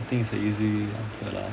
I think it's an easy answer lah